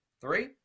Three